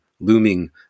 looming